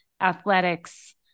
athletics